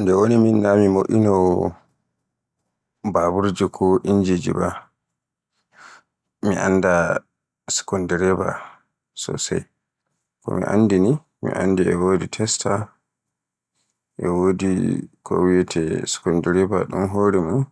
Nden woni min na mi moinowo baburji ko injiji ba, mi annda sukundire ba sosai. Ko mi anndi ni e wodi Testa, e wodi ko wiyeete sukundireba ɗun hore mun,